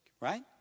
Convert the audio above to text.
Right